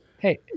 Hey